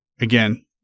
again